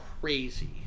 crazy